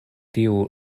tiu